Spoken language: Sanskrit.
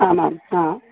आमां हा